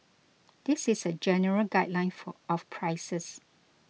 this is a general guideline for of prices